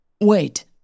Wait